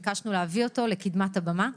ביקשנו להביא אותו לקדמת הבמה,